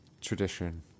tradition